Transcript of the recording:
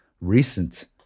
recent